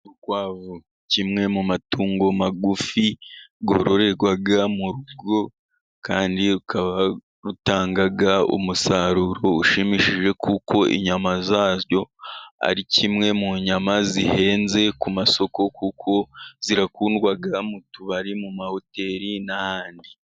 Urukwavu kimwe mu matungo magufi, rwororerwa mu rugo kandi rukaba rutanga umusaruro ushimishije kuko inyama zazo ari kimwe mu nyama zihenze ku masoko, kuko zirakundwa mu tubari, mu mahoteli n'ahandi.